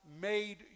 made